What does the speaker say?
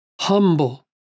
humble